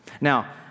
Now